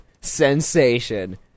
sensation